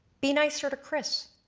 be nicer to chris,